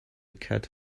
cat